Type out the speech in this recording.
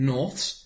Norths